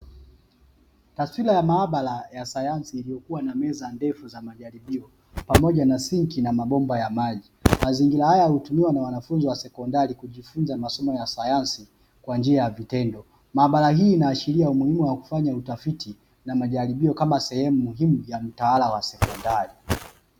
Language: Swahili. Taswira ya maabara ya sayansi iliyokuwa na meza ndefu za majaribio pamoja na sinki na mabomba ya maji. Mazingira haya hutumiwa na wanafunzi wa sekondari kujifunza masomo ya sayansi kwa njia ya vitendo, maabara hii inaashiria umuhimu wa kufanya utafiti na majaribio kama sehemu muhimu ya mtaala wa sekondari.